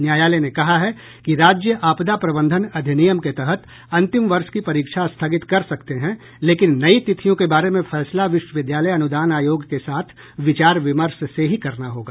न्यायालय ने कहा है कि राज्य आपदा प्रबंधन अधिनियम के तहत अंतिम वर्ष की परीक्षा स्थगित कर सकते है लेकिन नई तिथियों के बारे में फैसला विश्वविद्यालय अनुदान आयोग के साथ विचार विमर्श से ही करना होगा